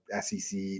SEC